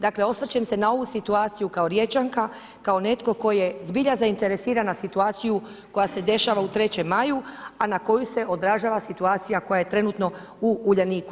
Dakle, osvrćem se na ovu situaciju kao riječanka, kao netko tko je zbilja zainteresiran za situaciju koja se dešava u 3. maju, a na koju se odražava situacija koja je trenutno u Uljaniku.